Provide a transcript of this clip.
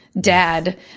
dad